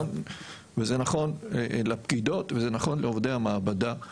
וזה נכון לפקידות וזה נכון לעובדי המעבדה.